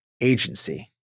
agency